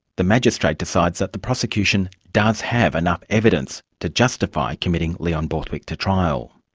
the magistrate decides that the prosecution does have enough evidence to justify committing leon borthwick to trial.